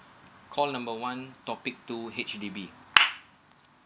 call number one topic do H_D_B